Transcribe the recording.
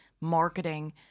marketing